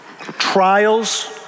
trials